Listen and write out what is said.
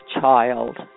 child